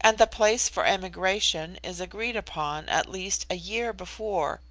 and the place for emigration is agreed upon at least a year before,